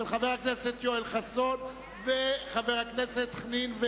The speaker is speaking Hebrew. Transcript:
של חבר הכנסת יואל חסון ושל חבר הכנסת חנין.